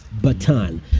Batan